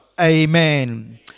Amen